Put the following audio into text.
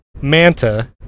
manta